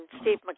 Steve